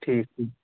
ٹھیٖک ٹھیٖک